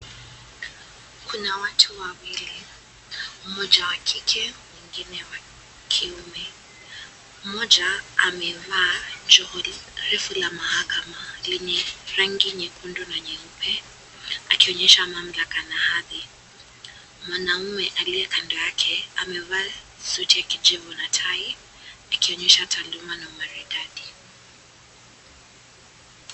Kuna watu wawili, mmoja wa kike mwingine wa kiume ,mmoja amevaa joho refu la mahakama lenye rangi nyekundu na nyeupe akionyesha mamlaka na hadhi, mwanaume aliye kando yake amevaa suti ya kijivvu na tai akionyesha utaalamu na umaridadi.